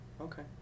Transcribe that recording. Okay